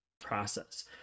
Process